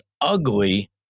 ugly